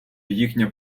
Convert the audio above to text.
їхня